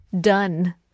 done